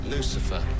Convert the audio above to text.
Lucifer